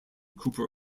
cooper